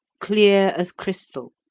clear as crystal,